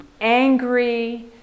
angry